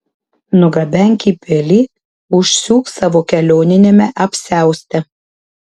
nugabenk į pilį užsiūk savo kelioniniame apsiauste